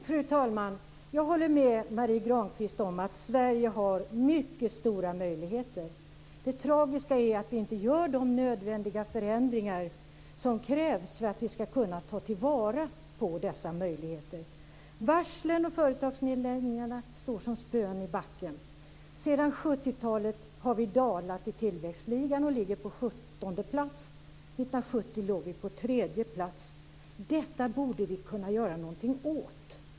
Fru talman! Jag håller med Marie Granlund om att Sverige har mycket stora möjligheter. Det tragiska är att vi inte gör de förändringar som krävs för att vi ska kunna ta till vara dessa möjligheter. Varslen och företagsnedläggningarna står som spön i backen. Sedan 70-talet har vi dalat i tillväxtligan och ligger på 17:e plats. 1970 låg vi på tredje plats. Detta borde vi kunna göra någonting åt.